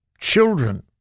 children